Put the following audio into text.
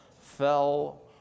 fell